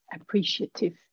appreciative